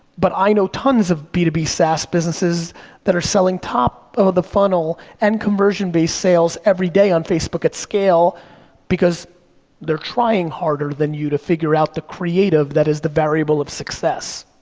but i know tons of b two b saas businesses that are selling top of the funnel and conversion based sales every day on facebook at scale because they're trying harder than you to figure out the creative that is the variable of success.